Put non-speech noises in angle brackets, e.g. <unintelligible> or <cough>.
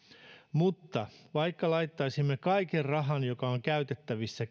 mutta vaikka laittaisimme kehittämiseen ja tutkimiseen kaiken rahan joka on käytettävissä <unintelligible>